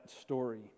story